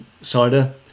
cider